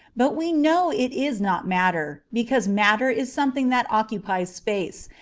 but we know it is not matter, because matter is something that occupies space,